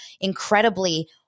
incredibly